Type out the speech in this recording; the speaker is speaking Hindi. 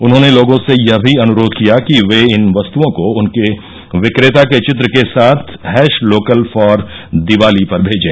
उन्होंने लोगों से यह भी अनुरोध किया कि वे इन वस्तुओं को उनके विक्रेता के चित्र के साथ हैश लोकल फॉर दिवाली पर भेजें